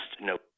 no